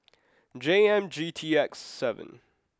J M G T X seven